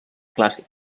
clàssic